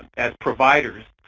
as providers,